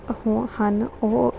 ਹੋ ਹਨ ਉਹ